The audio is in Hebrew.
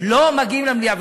לא מגיעים למליאה.